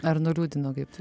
ar nuliūdino kaip tai